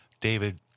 David